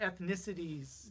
ethnicities